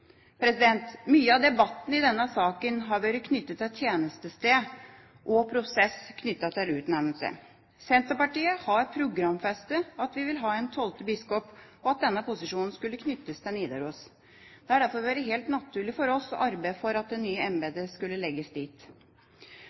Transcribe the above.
denne saken har vært knyttet til tjenestested og prosessen knyttet til utnevnelse. Senterpartiet har programfestet at vi vil ha en tolvte biskop, og at denne posisjonen skulle knyttes til Nidaros. Det har derfor vært helt naturlig for oss å arbeide for at det nye embetet skal legges dit.